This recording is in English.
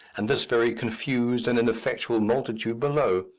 and this very confused and ineffectual multitude below.